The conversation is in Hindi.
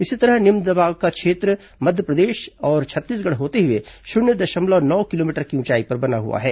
इसी तरह निम्न दाब का क्षेत्र मध्यप्रदेश और छत्तीसगढ़ होते हुए शून्य दशमलव नौ किलोमीटर की ऊंचाई पर बना हुआ है